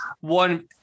one